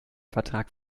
vertrag